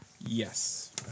Yes